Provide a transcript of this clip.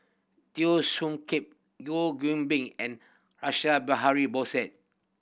Teo Soon Kim Goh Bin and Russia Behari